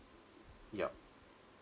yup